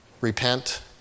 repent